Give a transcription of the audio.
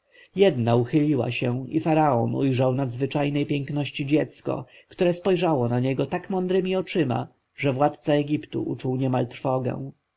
jedna uchyliła się i faraon ujrzał nadzwyczajnej piękności dziecko które spojrzało na niego tak mądremi oczyma że władca egiptu uczuł nieomal trwogę